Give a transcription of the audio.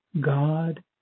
God